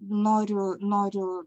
noriu noriu